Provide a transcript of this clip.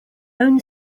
own